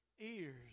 ears